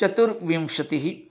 चर्तुविंशतिः